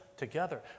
together